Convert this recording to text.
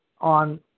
on